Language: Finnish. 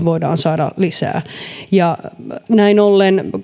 voidaan saada lisää näin ollen